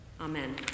Amen